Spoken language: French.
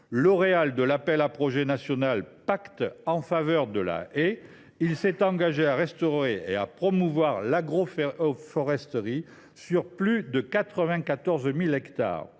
lauréat de l’appel à projets national du pacte en faveur de la haie, il s’est engagé à restaurer et à promouvoir l’agroforesterie sur plus de 94 000 hectares.